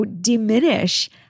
diminish